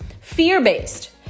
Fear-based